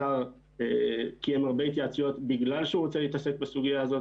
השר קיים הרבה התייעצויות בגלל שהוא רוצה להתעסק בסוגיה הזאת